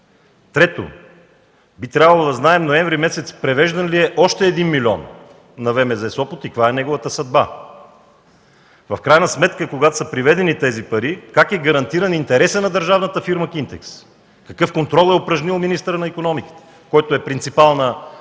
Трето, би трябвало да знаем превеждан ли е още 1 милион на ВМЗ – Сопот, през месец ноември и каква е неговата съдба. В крайна сметка, когато са преведени тези пари, как е гарантиран интересът на държавната фирма „Кинтекс”? Какъв контрол е упражнил министърът на икономиката, който е принципал и